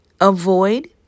Avoid